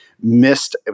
missed